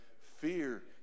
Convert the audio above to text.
fear